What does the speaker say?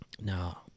No